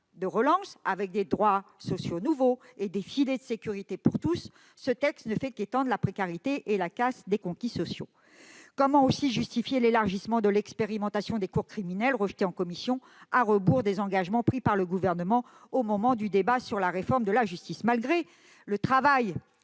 de relance, avec des droits sociaux nouveaux et des filets de sécurité pour tous, ce texte ne fait qu'étendre la précarité et la casse des conquis sociaux. De même, comment justifier l'élargissement de l'expérimentation des cours criminelles- rejeté en commission -, à rebours des engagements pris par le Gouvernement au moment du débat sur la réforme de la justice ? Malgré le travail